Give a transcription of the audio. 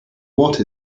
what